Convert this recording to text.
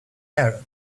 arab